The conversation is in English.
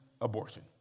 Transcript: abortion